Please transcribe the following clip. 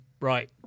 right